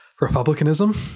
republicanism